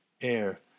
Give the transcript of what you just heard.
air